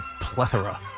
plethora